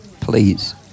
Please